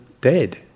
dead